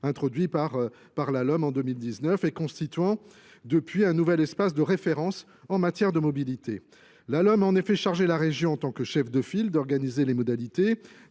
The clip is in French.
en deux mille dix neuf et constituant depuis un nouvel espace de référence en matière de mobilité la lomm a en effet chargé la région en tant que chef de file d'organiser les modalités